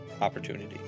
opportunity